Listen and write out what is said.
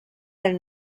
del